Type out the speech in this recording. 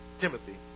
Timothy